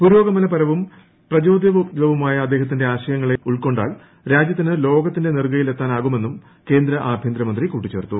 പുരോഗമനപരവും പ്രചോദിതവുമായ അദ്ദേഹത്തിന്റെ ആശയങ്ങളെ ഉൾക്കൊണ്ടാൽ രാജൃത്തിന് ലോകത്തിന്റെ നെറുകയിലെത്താനാകുമെന്നും കേന്ദ്ര ആഭ്യന്തരമന്ത്രി കൂട്ടിച്ചേർത്തു